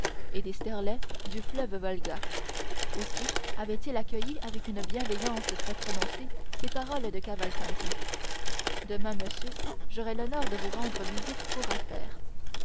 et des sterlets du fleuve volga aussi avait-il accueilli avec une bienveillance très prononcée ces paroles de cavalcanti demain monsieur j'aurai l'honneur de vous rendre visite pour affaires